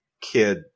kid